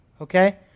Okay